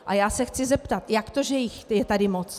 A já se chci zeptat: Jak to, že je jich tady moc?